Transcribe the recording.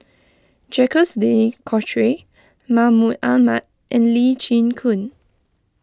Jacques De Coutre Mahmud Ahmad and Lee Chin Koon